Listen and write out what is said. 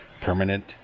permanent